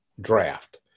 draft